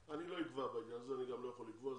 אני לא אקבע בעניין הזה ואני גם לא יכול לקבוע,